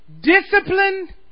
Discipline